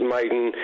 Maiden